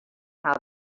how